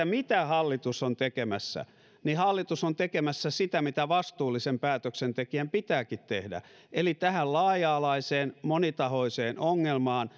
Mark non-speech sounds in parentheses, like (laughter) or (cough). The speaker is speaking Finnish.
(unintelligible) mitä hallitus on tekemässä niin hallitus on tekemässä sitä mitä vastuullisen päätöksentekijän pitääkin tehdä eli tähän laaja alaiseen monitahoiseen ongelmaan (unintelligible)